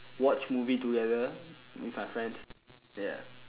watch movie together with my friends ya